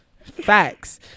Facts